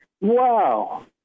Wow